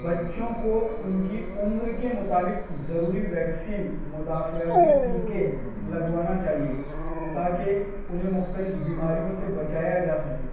بچوں کو ان کی عمر کے مطابق ضروری ویکسین مدافعتی ٹیکے لگوانا چاہیے تاکہ انہیں مختلف بیماریوں سے بچایا جا سکے